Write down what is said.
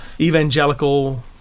evangelical